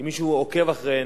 אם מישהו עוקב אחריהן,